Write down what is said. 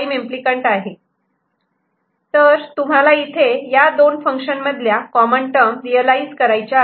B तर तुम्हाला इथे हे या 2 फंक्शन मधल्या कॉमन टर्म रियलायझ करायच्या आहेत